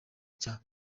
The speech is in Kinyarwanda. cya